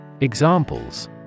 Examples